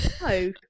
No